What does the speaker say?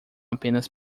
apenas